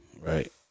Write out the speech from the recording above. Right